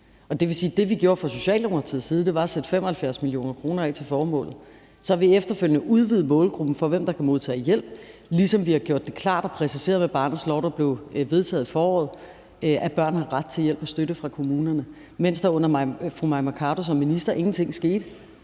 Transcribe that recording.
det vi gjorde fra Socialdemokratiets side, var at sætte 75 mio. kr. af til formålet. Så har vi efterfølgende udvidet målgruppen for, hvem der kan modtage hjælp, ligesom vi har gjort det klart og præciseret med barnets lov, der blev vedtaget i foråret, at børn har ret til hjælp og støtte fra kommunerne, mens der med fru Mai Mercado som minister ingenting skete.